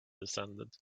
descended